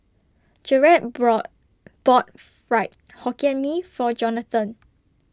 Jaret brought bought Fried Hokkien Mee For Jonatan